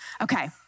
Okay